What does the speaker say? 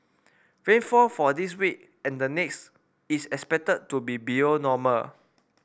rainfall for this week and the next is expected to be below normal